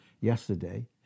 yesterday